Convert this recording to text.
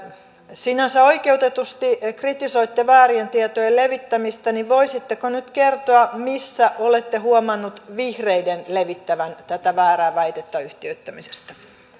sinänsä oikeutetusti kritisoitte väärien tietojen levittämistä voisitteko nyt kertoa missä olette huomannut vihreiden levittävän tätä väärää väitettä yhtiöittämisestä